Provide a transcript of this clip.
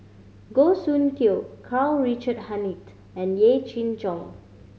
Goh Soon Tioe Karl Richard Hanitsch and Yee Jenn Jong